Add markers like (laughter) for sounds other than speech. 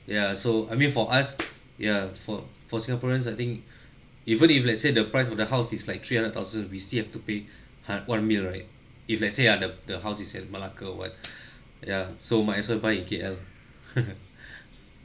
yeah so I mean for us ya for for singaporeans I think (breath) even if let's say the price of the house is like three hundred thousand we still have to pay (breath) hun~ one mil right if let's say ah the the house is at malacca what (breath) ya so might as well buy in K_L (laughs)